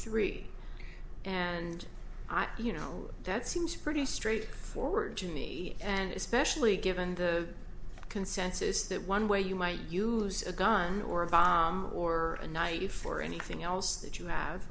three and i you know that seems pretty straightforward to me and especially given the consensus that one way you might use a gun or of or a night you for anything else that you have